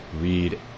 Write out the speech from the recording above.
Read